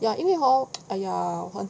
like 因为 hor !aiya! 很